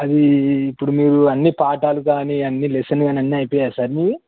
అదీ ఇప్పుడు మీరు అన్ని పాఠాలు గాని అన్ని లెసన్ కానీ అన్నీ అయిపోయాయ సార్ మీవి